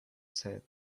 said